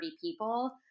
people